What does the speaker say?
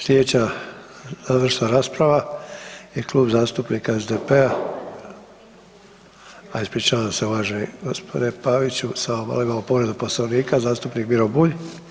Slijedeća završna rasprava je Klub zastupnika SDP-a, a ispričavam se uvaženi gospodine Paviću, samo malo, imamo povredu Poslovnika zastupnik Miro Bulj.